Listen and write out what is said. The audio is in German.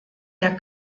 der